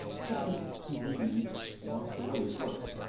the second ingredient was the way of working.